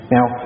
Now